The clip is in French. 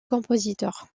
compositeur